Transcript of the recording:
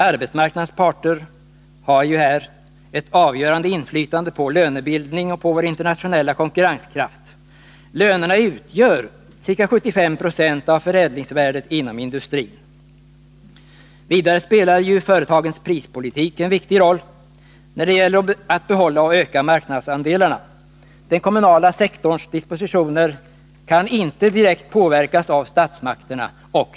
Arbetsmarknadens parter har sålunda ett avgörande inflytande på lönebildningen och på vår internationella konkurrenskraft. Lönerna utgör ca 75 70 av förädlingsvärdet inom industrin. Vidare spelar företagens prispolitik en viktig roll när det gäller att behålla och öka marknadsandelarna. Den kommunala sektorns dispositioner kan inte direkt påverkas av statsmakterna.